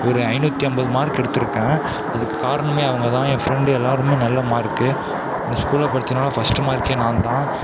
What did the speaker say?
ஒரு ஐநூற்றி ஐம்பது மார்க் எடுத்துருக்கேன் அதுக்கு காரணமே அவங்கதான் என் ஃபிரண்ட் எல்லோருமே நல்ல மார்க் அந்த ஸ்கூலில் படித்ததுனால ஃபஸ்ட்டு மார்க்கே நான் தான்